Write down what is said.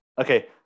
okay